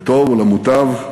לטוב או למוטב,